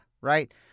right